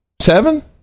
Seven